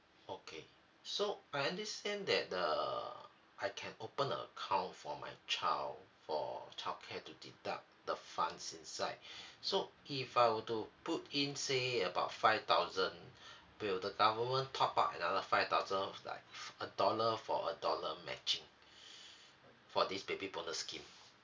okay so I understand that err I can open an account for my child for childcare to deduct the funds inside so if I were to put in say about five thousand will the government top up another five thousand of like a dollar for a dollar matching for this baby bonus scheme